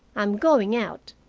i'm going out.